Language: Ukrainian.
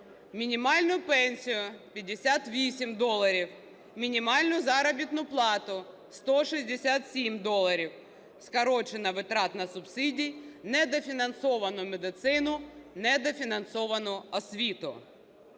мінімальну пенсію – 58 доларів, мінімальну заробітну плату – 167 доларів. Скорочено витрати на субсидії, недофінансовано медицину, недофінансовано освіту.